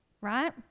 right